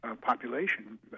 population